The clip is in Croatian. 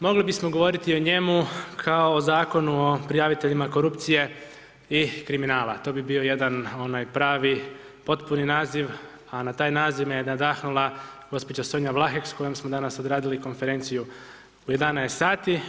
Mogli bismo govoriti o njemu kao o Zakonu o prijaviteljima korupcije i kriminala, to bi bio jedan onaj pravi potpuni naziv, a na taj naziv me je nadahnula gđa. Sonja Vlahek s kojom smo danas odradili Konferenciju u 11 sati.